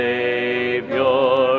Savior